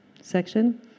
section